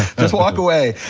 just walk away.